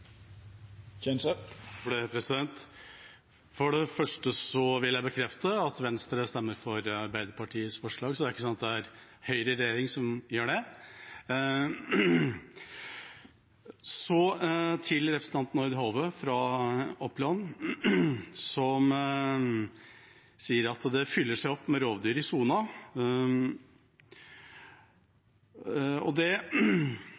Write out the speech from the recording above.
det første vil jeg bekrefte at Venstre stemmer for Arbeiderpartiets forslag, så det er ikke sånn at det er Høyre i regjering som gjør det. Så til representanten Aud Hove fra Oppland, som sier at det fylles opp med rovdyr i sona. Det